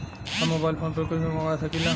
हम mobile phone पर कुछ भी मंगवा सकिला?